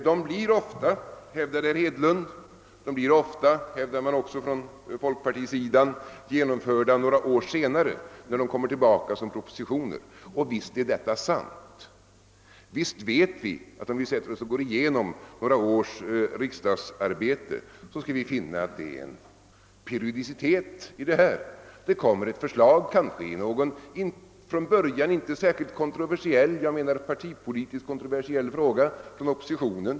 De blir ofta, hävdade herr Hedlund — och samma sak hävdades också från folkpartiets sida — genomförda några år senare, när de kommer tillbaka som propositioner. Visst är detta sant. Visst finner vi, om vi går igenom några års riksdagsärenden, en periodicitet. Det kommer ett förslag från oppositionen i någon kanske från början inte särskilt partipolitiskt kontroversiell fråga.